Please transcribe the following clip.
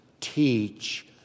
teach